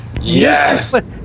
yes